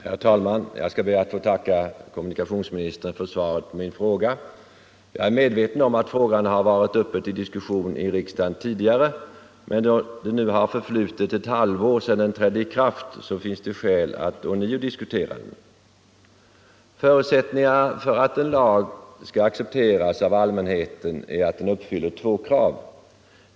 Herr talman! Jag skall be att få tacka kommunikationsministern för svaret på min fråga. Jag är medveten om att denna bestämmelse varit uppe till diskussion i riksdagen tidigare, men då det har förflutit ett halvår sedan den trädde i kraft finns det skäl att ånyo diskutera den. Förutsättningarna för att en lag skall accepteras av allmänheten är att den uppfyller två krav.